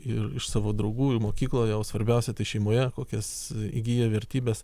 ir iš savo draugų mokykloje o svarbiausia šeimoje kokias įgyja vertybes